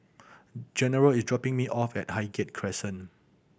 General is dropping me off at Highgate Crescent